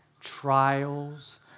trials